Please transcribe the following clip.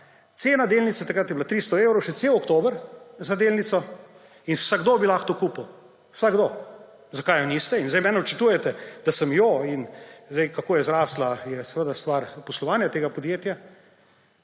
Cena delnice takrat je bila 300 evrov še cel oktober za delnico in vsakdo bi lahko to kupil, vsakdo. Zakaj je niste? In zdaj meni očitate, da sem jo. Zdaj, kako je zrasla, je seveda stvar poslovanja tega podjetja.